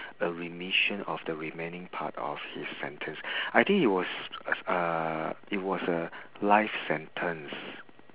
a remission of the remaining part of his sentence I think he was uh it was a life sentence